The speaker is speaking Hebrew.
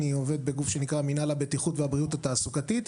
אני עובד בגוף שנקרא מינהל הבטיחות והבריאות התעסוקתית,